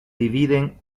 dividen